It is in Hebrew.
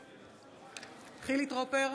בעד חילי טרופר,